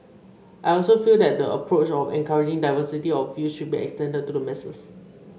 I also feel that the approach of encouraging diversity of views should be extended to the masses